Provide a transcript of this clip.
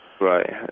Right